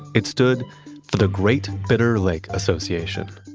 it stood for the great bitter lake association.